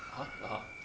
!huh! (uh huh)